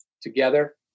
together